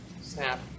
snap